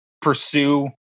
pursue